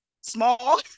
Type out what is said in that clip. small